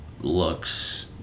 looks